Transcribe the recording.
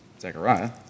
Zechariah